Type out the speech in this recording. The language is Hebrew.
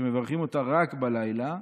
שמברכים אותה רק בלילה: